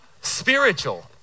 spiritual